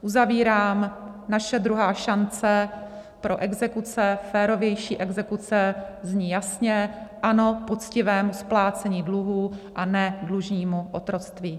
Uzavírám, naše druhá šance pro exekuce, férovější exekuce zní jasně: ano poctivému splácení dluhů a ne dlužnímu otroctví.